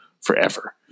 forever